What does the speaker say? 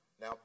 Now